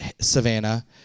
Savannah